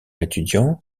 étudiant